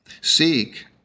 Seek